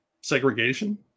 segregation